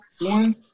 one